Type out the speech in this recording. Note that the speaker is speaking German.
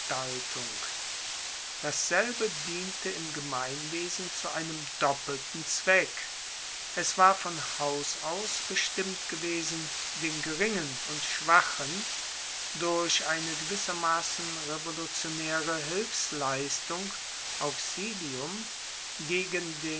dasselbe diente im gemeinwesen zu einem doppelten zweck es war von haus aus bestimmt gewesen den geringen und schwachen durch eine gewissermassen revolutionaere hilfsleistung auxilium gegen